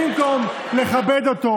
במקום לכבד אותו